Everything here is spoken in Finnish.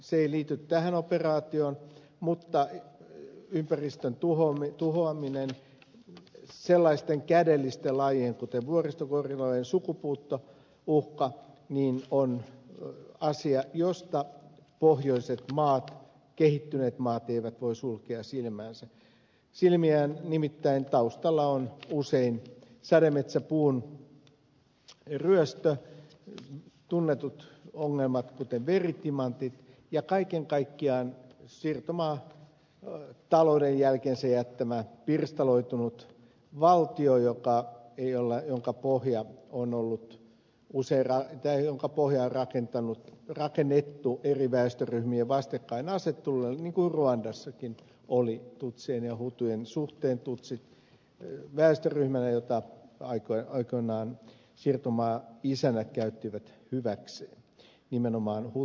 se ei liity tähän operaatioon mutta ympäristön tuhoaminen ja sellaisten kädellisten lajien kuten vuoristogorillojen sukupuuttouhka on asia jolta pohjoiset maat kehittyneet maat eivät voi sulkea silmiään nimittäin taustalla on usein sademetsäpuun ryöstö tunnetut ongelmat kuten veritimantit ja kaiken kaikkiaan siirtomaatalouden jälkeensä jättämä pirstaloitunut valtio jota diolle jonka pohja on ollut useita ja jonka pohja on rakennettu eri väestöryhmien vastakkainasettelulle niin kuin ruandassakin oli tutsien ja hutujen suhteen tutsit väestöryhmänä jota aikoinaan siirtomaaisännät käyttivät hyväkseen nimenomaan hutujen alistamisessa